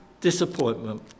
disappointment